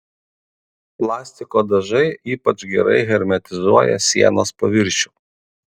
plastiko dažai ypač gerai hermetizuoja sienos paviršių